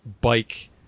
bike